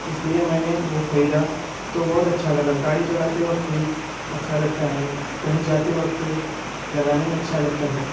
इस लिए मैंने वो ख़रीदा तो बहुत अच्छा लगा गाड़ी चलाते वक़्त भी अच्छा लगता है कहीं जाते वक़्त लगाने में अच्छा लगता है